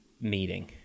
meeting